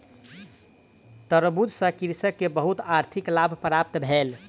तरबूज सॅ कृषक के बहुत आर्थिक लाभ प्राप्त भेल